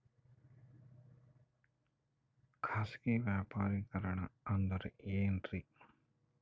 ಖಾಸಗಿ ವ್ಯಾಪಾರಿಕರಣ ಅಂದರೆ ಏನ್ರಿ?